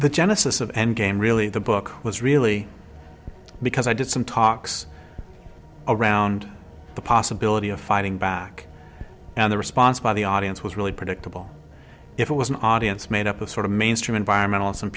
the genesis of endgame the book was really because i did some talks around the possibility of fighting back and the response by the audience was really predictable if it was an audience made up of sort of mainstream environmentalists and